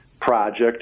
project